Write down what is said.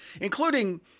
including